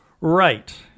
right